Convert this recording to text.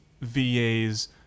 VA's